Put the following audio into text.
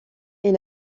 est